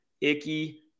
Icky